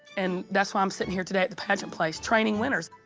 and that's why i'm sitting here today at the pageant place, training winners.